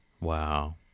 Wow